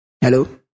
Hello